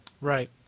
Right